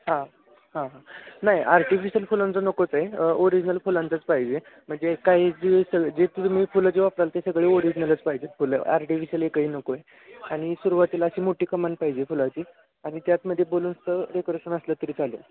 हां हां हां नाही आर्टिफिशल फुलांचं नकोच आहे ओरिजनल फुलांचंच पाहिजे म्हणजे काही जे सग जे तुम्ही फुलं जे वापराल ते सगळे ओरिजनलच पाहिजे आहेत फुलं आर्टिफिशल एकही नको आहे आणि सुरुवातीला अशी मोठी कमान पाहिजे फुलाची आणि त्यातमध्ये बलून्सचं डेकोरेशन असलं तरी चालेल